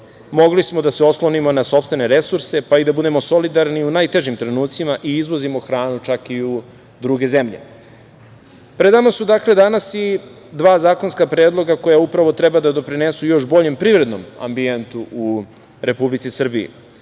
mogli smo da oslonimo na sopstvene resurse, pa i da budemo solidarni u najtežim trenucima i izvozimo hranu čak i u druge zemlje. Pred nama su danas i dva zakonska predloga koja treba da donesu još boljem privrednom ambijentu u Republici Srbiji.